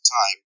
time